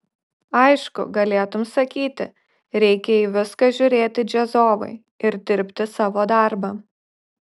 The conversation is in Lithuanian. aišku galėtum sakyti reikia į viską žiūrėti džiazovai ir dirbti savo darbą